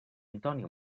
antònia